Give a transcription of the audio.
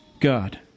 God